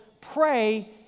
pray